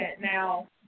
now